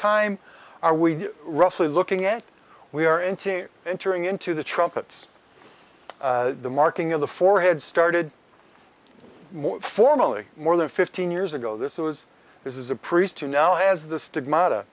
time are we roughly looking at we are into entering into the trumpets the marking of the forehead started more formally more than fifteen years ago this was this is a priest who now has the stigmata